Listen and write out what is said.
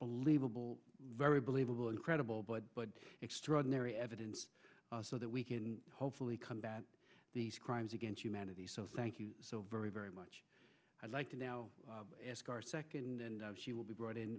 livable very believable and credible but extraordinary evidence so that we can hopefully combat these crimes against humanity so thank you so very very much i'd like to ask our second and she will be brought in